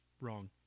wrong